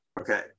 Okay